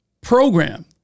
program